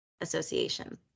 association